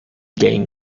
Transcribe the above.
gain